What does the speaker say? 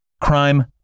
Crime